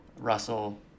Russell